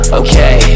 okay